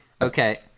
Okay